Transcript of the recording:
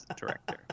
director